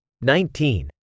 nineteen